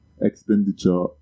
expenditure